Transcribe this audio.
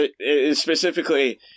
Specifically